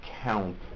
count